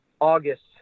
August